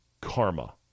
karma